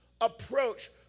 approach